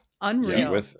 Unreal